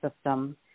system